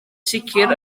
sicr